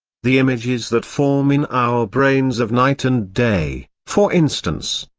the images that form in our brains of night and day, for instance.